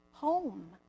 Home